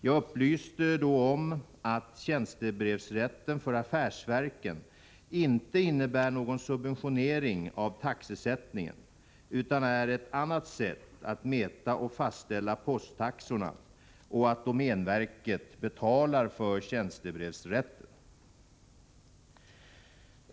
Jag upplyste då om att tjänstebrevsrätten för affärsverken inte innebär någon subventionering av taxesättningen utan är ett annat sätt att mäta och fastställa posttaxorna och att domänverket betalar för tjänstebrevsrätten.